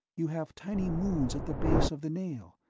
you have tiny moons at the base of the nail,